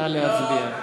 נא להצביע.